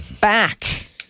back